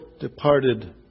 departed